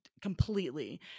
completely